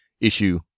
issue